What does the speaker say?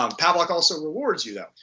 ah pavlok also rewards you, though.